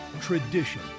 tradition